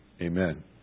Amen